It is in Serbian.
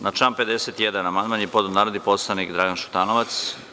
Na član 51. amandman je podneo narodni poslanik Dragan Šutanovac.